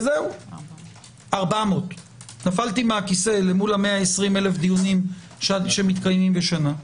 400. נפלתי מהכיסא אל מול ה-120,000 דיונים שמתקיימים בשנה.